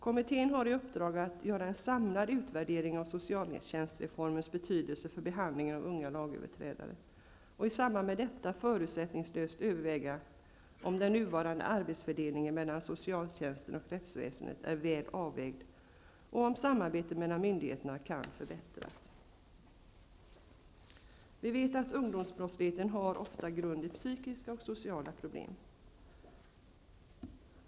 Kommittén har till uppdrag att göra en samlad utvärdering av samhällstjänstreformens betydelse för behandlingen av unga lagöverträdare och i samband med detta förutsättningslöst överväga om den nuvarande arbetsfördelningen mellan socialtjänst och rättsväsende är väl avvägd och om samarbete mellan myndigheterna kan förbättras. Ungdomsbrottsligheten har ofta en grund i psykiska och sociala problem.